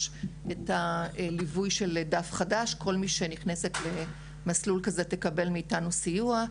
יש את הליווי של "דף חדש" כל מי שנכנסת למסלול כזה תקבל מאיתנו סיוע.